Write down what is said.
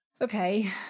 okay